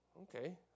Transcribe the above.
okay